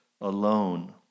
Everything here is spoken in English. alone